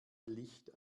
licht